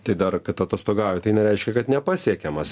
tai dar kad atostogauja tai nereiškia kad nepasiekiamas